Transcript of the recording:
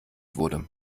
wurde